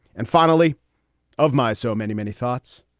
and finally of my so many, many thoughts,